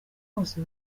hose